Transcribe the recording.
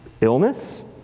illness